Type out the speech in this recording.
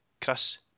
Chris